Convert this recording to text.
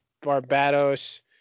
Barbados